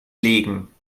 legen